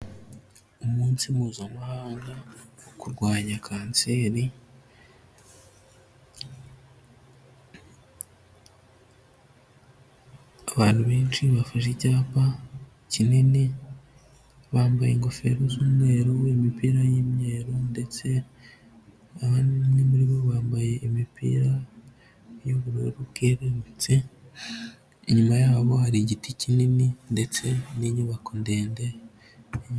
Umunsi mpuzamahanga wo kurwanya kanseri abantu benshi bafashe icyapa kinini bambaye ingofero z'umweru n'imipira y'imyeru ndetse abandi umwe muri bo bambaye imipira y'ubururu bwererutse inyuma ya bo hari igiti kinini ndetse n'inyubako ndende.